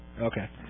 Okay